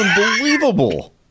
unbelievable